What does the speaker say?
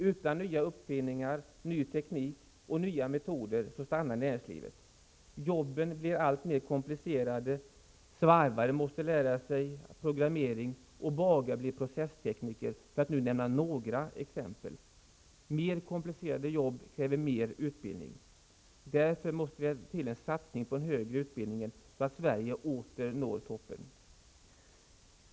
Utan nya uppfinningar, ny teknik och nya metoder stannar näringslivet. Jobben blir alltmer komplicerade. Svarvare måste lära sig programmering, och bagare blir processtekniker, för att nu nämna några exempel. Mer komplicerade jobb kräver mer utbildning. Därför måste det till en satsning på den högre utbildningen så att Sverige åter når toppen.